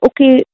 okay